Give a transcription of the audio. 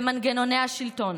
במנגנוני השלטון,